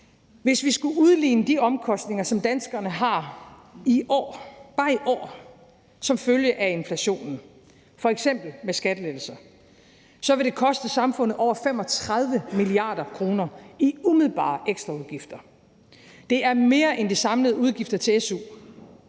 Hvis vi skulle udligne de omkostninger, som danskerne har i år, bare i år, som følge af inflationen, f.eks. med skattelettelser, så vil det koste samfundet over 35 mia. kr. – i umiddelbare ekstraudgifter. Det er mere end de samlede udgifter til su.